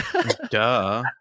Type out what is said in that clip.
Duh